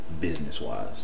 business-wise